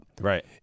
Right